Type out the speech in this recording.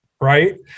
right